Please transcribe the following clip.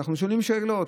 ואנחנו שואלים שאלות.